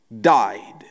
died